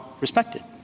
respected